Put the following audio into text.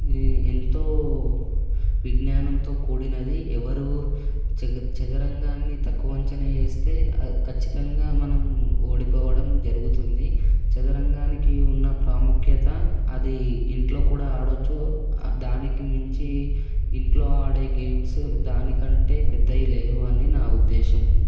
ఎంతో విజ్ఞానంతో కూడినది ఎవరు చ చదరంగాన్ని తక్కువ అంచనా వేస్తే అ ఖచ్చితంగా మనం ఓడిపోవడం జరుగుతుంది చదరంగానికి ఉన్న ప్రాముఖ్యత అది ఇంట్లో కూడా ఆడవచ్చు దానికి మించి ఇంట్లో ఆడే గేమ్స్ దానికంటే పెద్దవి లేవు అని నా ఉద్దేశ్యం